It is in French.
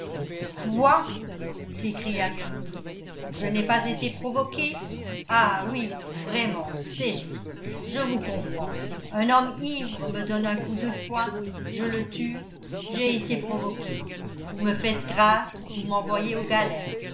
quoi s'écria claude je n'ai pas été provoqué ah oui vraiment c'est juste je vous comprends un homme ivre me donne un coup de poing je le tue j'ai été provoqué vous me faites grâce vous m'envoyez aux galères